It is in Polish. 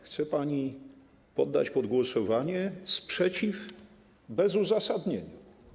Chce pani poddać pod głosowanie sprzeciw bez uzasadnienia.